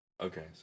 okay